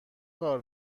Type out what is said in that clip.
کار